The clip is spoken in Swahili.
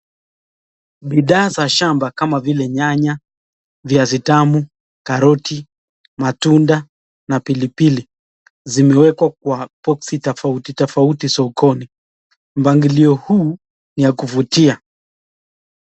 Bidhaa za shamba kama vile nyanya, viazi tamu, karoti, matunda na pilipili. Zimewekwa kwa boksi tofauti tofauti sokoni. Mpangilio huu ni ya kuvutia.